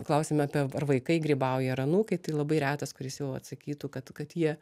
klausime apie ar vaikai grybauja ar anūkai tai labai retas kuris jau atsakytų kad kad jie